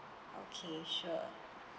okay sure